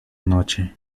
noche